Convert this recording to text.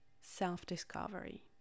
self-discovery